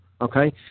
okay